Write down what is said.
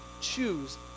Choose